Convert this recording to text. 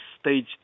stage